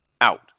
out